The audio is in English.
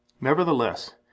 Nevertheless